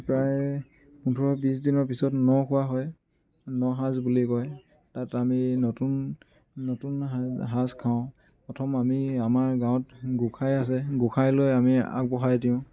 প্ৰায় পোন্ধৰ বিশ দিনৰ পিছত ন খোৱা হয় ন সাজ বুলি কয় তাত আমি নতুন নতুন সাজ খাওঁ প্ৰথম আমি আমাৰ গাঁৱত গোসাঁই আছে গোসাঁইলৈ আমি আগবঢ়াই দিওঁ